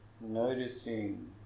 noticing